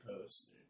post